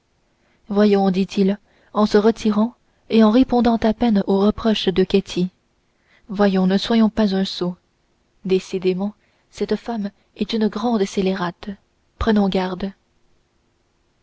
voyons dit-il en se retirant et en répondant à peine aux reproches de ketty voyons ne soyons pas un sot décidément cette femme est une grande scélérate prenons garde